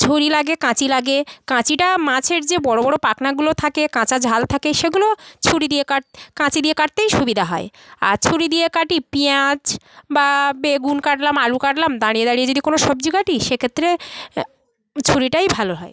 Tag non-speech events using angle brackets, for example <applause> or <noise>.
ছুরি লাগে কাঁচি লাগে কাঁচিটা মাছের যে বড় বড় পাখনাগুলো থাকে কাঁচা ঝাল থাকে সেগুলো ছুরি দিয়ে <unintelligible> কাঁচি দিয়ে কাটতেই সুবিধা হয় আর ছুরি দিয়ে কাটি পিঁয়াজ বা বেগুন কাটলাম আলু কাটলাম দাঁড়িয়ে দাঁড়িয়ে যদি কোনো সবজি কাটি সেক্ষেত্রে ছুরিটাই ভালো হয়